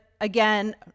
again